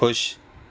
खु़शि